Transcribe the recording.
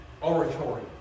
oratory